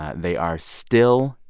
they are, still,